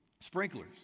Sprinklers